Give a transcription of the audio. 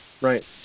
Right